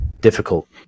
difficult